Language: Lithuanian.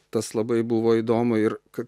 tas labai buvo įdomu ir ka